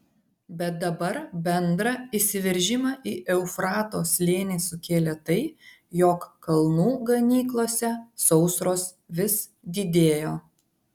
bet dabar bendrą įsiveržimą į eufrato slėnį sukėlė tai jog kalnų ganyklose sausros vis didėjo